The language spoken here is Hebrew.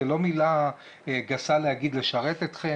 זו לא מילה גסה להגיד לשרת אתכם.